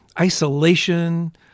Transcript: isolation